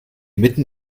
mitten